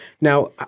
now